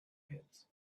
pits